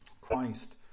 Christ